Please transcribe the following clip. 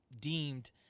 deemed